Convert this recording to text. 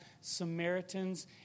Samaritans